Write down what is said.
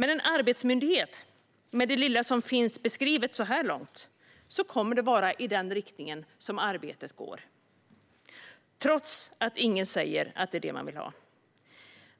Med en arbetsmyndighet, med det lilla som finns beskrivet så här långt, kommer arbetet att gå i den riktningen - trots att ingen säger att det är det man vill ha.